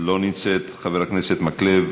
לא נמצאת, חבר הכנסת מקלב,